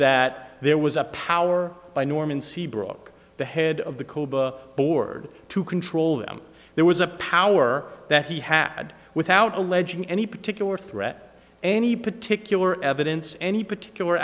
that there was a power by norman seabrook the head of the board to control them there was a power that he had without alleging any particular threat any particular evidence any particular